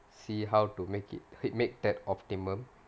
see how to make it make that optimum